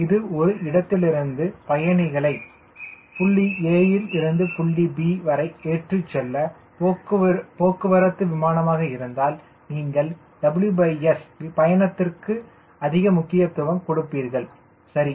இது ஒரு இடத்திலிருந்து பயணிகளை புள்ளி A இல் இருந்து புள்ளி B வரை ஏற்றிச்செல்ல போக்குவரத்து விமானமாக இருந்தால் நீங்கள் WS பயணத்திற்கு அதிக முக்கியத்துவம் கொடுப்பீர்கள் சரி